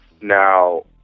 Now